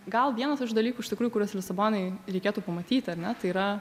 gal vienas iš dalykų iš tikrųjų kuriuos lisabonoj reikėtų pamatyti ar ne tai yra